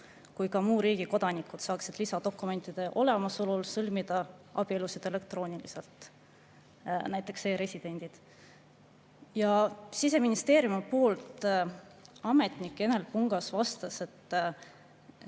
kui ka muu riigi kodanikud saaksid lisadokumentide olemasolu korral sõlmida abielusid elektrooniliselt, näiteks e‑residendid. Siseministeeriumi ametnik Enel Pungas vastas, et